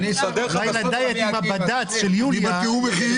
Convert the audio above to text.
אולי עם הכשרות החדשה